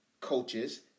coaches